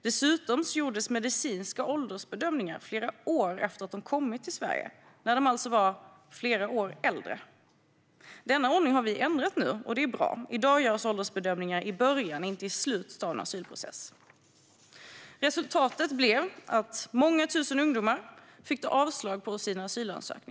Dessutom gjordes medicinska åldersbedömningar flera år efter att de kommit till Sverige, när de alltså var flera år äldre. Denna ordning har vi nu ändrat, och det är bra. I dag görs åldersbedömningar i början och inte i slutet av en asylprocess. Resultatet blev att många tusen ungdomar fick avslag på sin asylansökan.